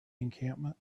encampment